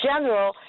general